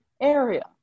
area